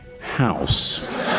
house